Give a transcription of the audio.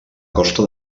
costa